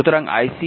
সুতরাং ic 05 v0